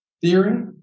theory